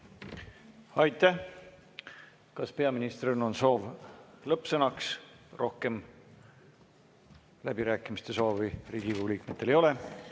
Aitäh! Kas peaministril on soov lõppsõnaks? Rohkem läbirääkimiste soovi Riigikogu liikmetel ei ole.